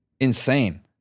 insane